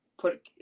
put